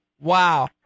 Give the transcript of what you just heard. wow